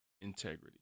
integrity